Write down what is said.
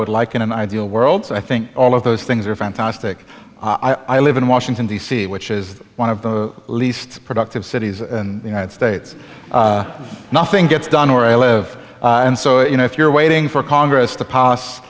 would like in an ideal world so i think all of those things are fantastic i live in washington d c which is one of the least productive cities in the united states nothing gets done or i live and so you know if you're waiting for congress to pass